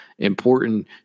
Important